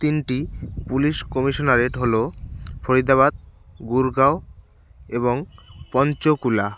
তিনটি police commissionerate হল ফরিদাবাদ গুরগাঁও এবং পঞ্চকুলা